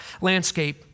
landscape